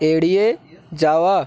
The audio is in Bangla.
এড়িয়ে যাওয়া